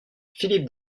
philippe